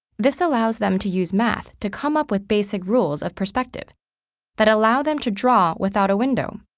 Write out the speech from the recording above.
this allows them to use math to come up with basic rules of perspective that allow them to draw without a window.